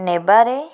ନେବାରେ